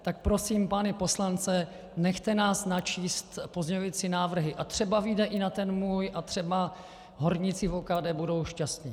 Tak prosím pány poslance, nechte nás načíst pozměňovací návrhy a třeba vyjde i na ten můj a třeba horníci v OKD budou šťastni.